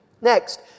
Next